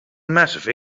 massive